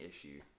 issue